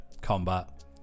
combat